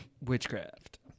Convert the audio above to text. witchcraft